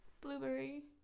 blueberry